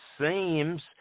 seems